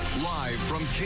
live from